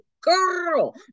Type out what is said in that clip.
girl